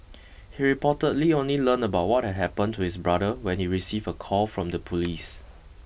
he reportedly only learned about what had happened to his brother when he received a call from the police